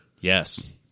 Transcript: Yes